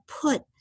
put